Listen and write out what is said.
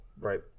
Right